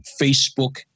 Facebook